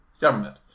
government